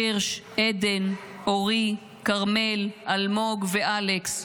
הירש, עדן, אורי, כרמל, אלמוג ואלכס,